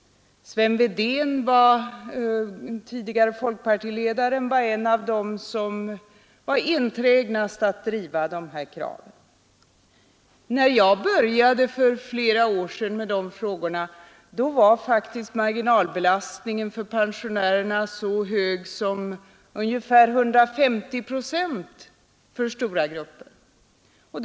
Sven Wedén, den tidigare folkpartiledaren, var en av de enträgnaste när det gällde att driva dessa krav. När jag för flera år sedan började ta upp dessa frågor var faktiskt marginalbelastningen ungefär 150 procent för stora grupper av pensionärerna.